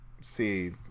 see